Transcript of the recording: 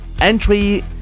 entry